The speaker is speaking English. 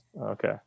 Okay